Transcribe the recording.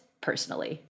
personally